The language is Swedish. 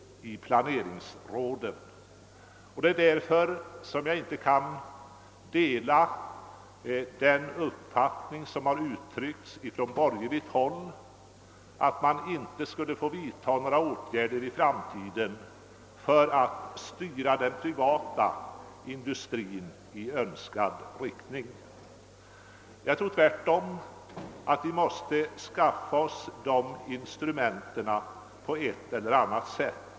Och det är därför jag inte kan dela den uppfattning som uttryckts från borgerligt håll, att några åtgärder i framtiden inte skulle få vidtagas för att styra den privata industrin i önskad riktning. Jag tror tvärtom att vi måste skaffa oss dessa instrument på ett eller annat sätt.